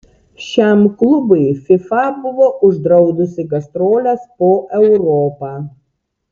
šiam klubui fifa buvo uždraudusi gastroles po europą